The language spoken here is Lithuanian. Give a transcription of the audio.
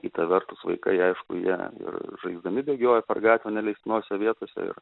kita vertus vaikai aišku jie ir žaisdami bėgiojo per gatvę neleistinose vietose ir